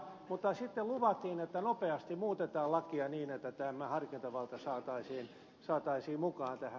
mutta sitten luvattiin että nopeasti muutetaan lakia niin että tämä harkintavalta saataisiin mukaan tähän